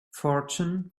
fortune